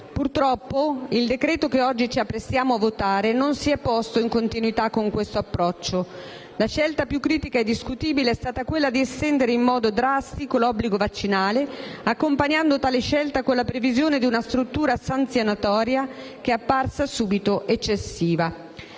Purtroppo, il decreto-legge che oggi ci apprestiamo a convertire non si è posto in continuità con questo approccio. La scelta più critica e discutibile è stata quella di estendere in modo drastico l'obbligo vaccinale, accompagnando tale scelta con la previsione di una struttura sanzionatoria che è apparsa subito eccessiva.